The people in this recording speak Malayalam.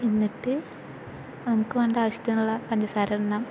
എന്നിട്ട് നമുക്ക് വേണ്ട ആവശ്യത്തിനുള്ള പഞ്ചസാര ഇടണം